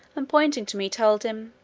and pointing to me, told him,